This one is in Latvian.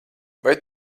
vai